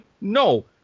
No